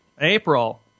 April